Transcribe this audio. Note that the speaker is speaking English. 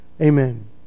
Amen